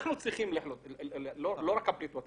עבד אל חכים חאג' יחיא (הרשימה המשותפת): לא רק הפליטות.